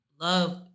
love